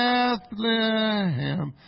Bethlehem